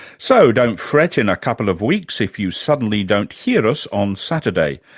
so don't fret in a couple of weeks if you suddenly don't hear us on saturday,